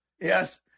Yes